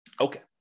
Okay